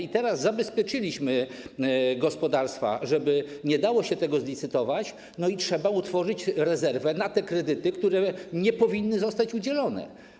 I teraz zabezpieczyliśmy gospodarstwa, żeby nie dało się tego zlicytować, i trzeba utworzyć rezerwę na te kredyty, które nie powinny zostać udzielone.